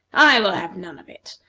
i will have none of it!